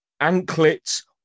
anklets